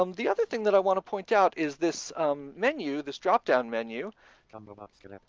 um the other thing that i want to point out is this menu, this drop-down menu kind of um ah